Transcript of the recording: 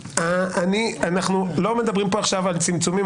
אנחנו לא מדברים פה עכשיו על צמצומים.